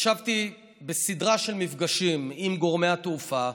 וישבתי בסדרה של מפגשים עם גורמי התעופה,